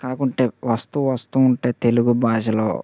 కాకుంటే వస్తూ వస్తూ ఉంటే తెలుగు భాషలో